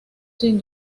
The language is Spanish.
sin